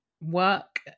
work